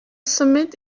symud